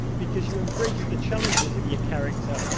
because you embrace the challenges of your character,